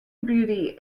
beauty